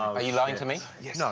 are you lying to me? yeah no.